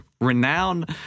renowned